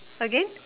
again